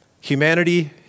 Humanity